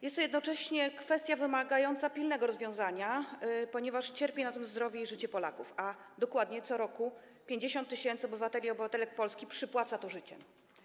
Jest to jednocześnie kwestia wymagająca pilnego rozwiązania, ponieważ cierpi na tym zdrowie i życie Polaków, a dokładnie co roku 50 tys. obywateli i obywatelek Polski przypłaca to życiem.